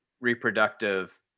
reproductive